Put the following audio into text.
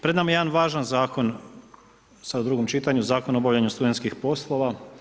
Pred nama je jedan važan zakon sad u drugom čitanju, zakon o obavljanju studentskih poslova.